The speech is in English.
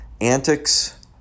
antics